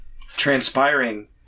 transpiring